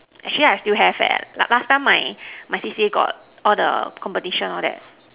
actually I still have eh last time my my C_C_A got all the competition all that